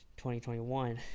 2021